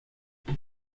انا